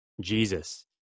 jesus